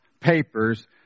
papers